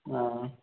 ஆ